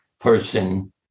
person